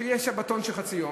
שיהיה שבתון של חצי יום,